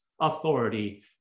authority